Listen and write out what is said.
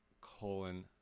colon